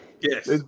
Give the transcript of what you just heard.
Yes